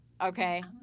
okay